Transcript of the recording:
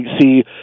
see